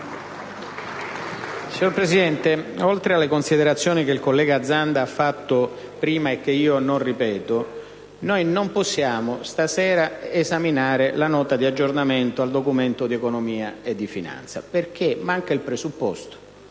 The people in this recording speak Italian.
Signor Presidente, oltre alle considerazioni che il collega Zanda ha fatto in precedenza, e che io non ripeto, noi non possiamo, stasera, esaminare la Nota di aggiornamento del Documento di economia e finanza, perché manca il presupposto,